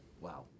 Wow